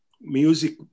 music